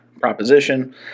proposition